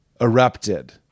erupted